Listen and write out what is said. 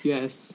Yes